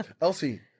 Elsie